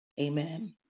amen